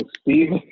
steve